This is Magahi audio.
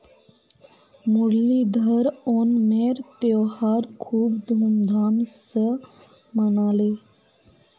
मुरलीधर ओणमेर त्योहार खूब धूमधाम स मनाले